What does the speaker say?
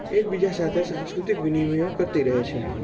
એકબીજા સાથે સાંસ્કૃતિક વિનિમયો કરતી રહે છે